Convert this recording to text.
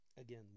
again